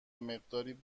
مقداری